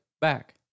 back